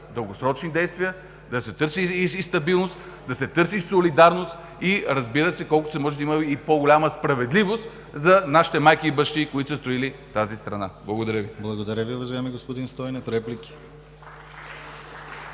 дългосрочни действия, да се търси стабилност, да се търси солидарност и, разбира се, колкото се може да има и по-голяма справедливост за нашите майки и бащи, които са строили тази страна. Благодаря.